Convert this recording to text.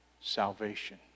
salvation